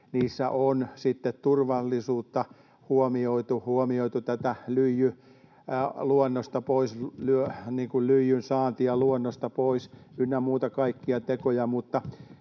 niissä on sitten turvallisuutta huomioitu, huomioitu tätä lyijyn saantia luonnosta pois ynnä muuta, kaikkia tekoja.